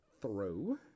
throw